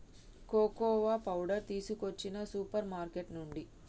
cocoa powder తీసుకొచ్చిన supermarket నుండి